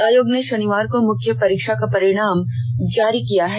आयोग ने शनिवार को मुख्य परीक्षा का परिणाम जारी किया है